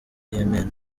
yemen